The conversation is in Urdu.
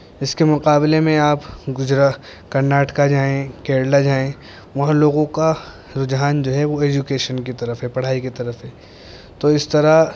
اس کے مقابلے میں آپ گجرات کرناٹکا جائیں کیرلا جائیں وہاں لوگوں کا رجحان جو ہے وہ ایجوکیشن کی طرف ہے پڑھائی کی طرف ہے تو اس طرح